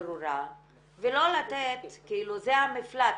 ברורה ולא לתת כאילו זה מהפלט.